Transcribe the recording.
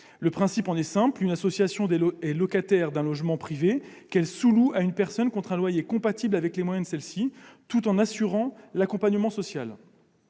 Le principe en est simple : une association est locataire d'un logement privé, qu'elle sous-loue à une personne contre un loyer compatible avec les moyens de celle-ci, tout en assurant l'accompagnement social.